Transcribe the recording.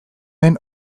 den